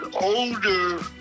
older